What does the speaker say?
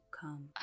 come